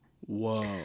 Whoa